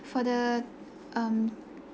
for the um